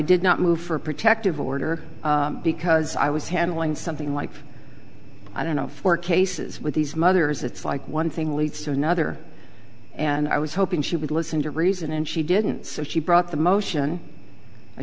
did not move for a protective order because i was handling something like i don't know four cases with these mothers it's like one thing leads to another and i was hoping she would listen to reason and she didn't so she brought the motion i